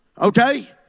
okay